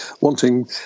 wanting